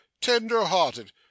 Tender-hearted